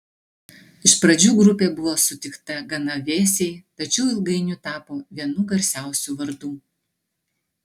iš pradžių grupė buvo sutikta gana vėsiai tačiau ilgainiui tapo vienu garsiausių vardų